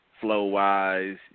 flow-wise